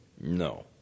No